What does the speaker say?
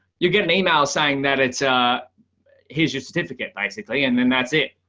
you get an email saying that it's a history certificate basically. and then that's it.